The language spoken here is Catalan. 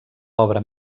obra